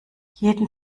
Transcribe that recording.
jeden